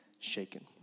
shaken